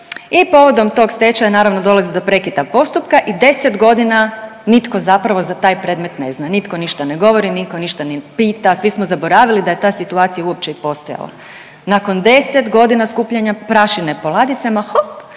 i povodom tog stečaja naravno dolazi do prekida postupka i 10.g. nitko zapravo za taj predmet ne zna, nitko ništa ne govori, nitko ništa ne pita, svi smo zaboravili da je ta situacija uopće i postojala. Nakon 10.g. skupljanja prašine po ladicama hop